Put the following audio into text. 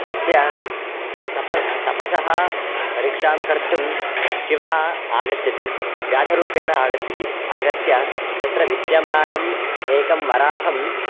तस्य तपः तपसः परीक्षां कर्तुं शिवः आगच्छति व्याधरूपेण आगच्छति आगत्य तत्र विद्यमानम् एकं वराहं